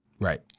Right